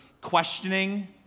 questioning